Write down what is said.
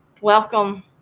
Welcome